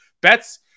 bets